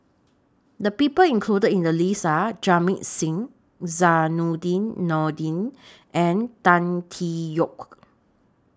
The People included in The list Are Jamit Singh Zainudin Nordin and Tan Tee Yoke